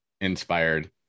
inspired